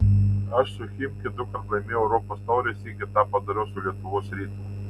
aš su chimki dukart laimėjau europos taurę sykį tą padariau su lietuvos rytu